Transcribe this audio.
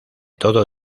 todo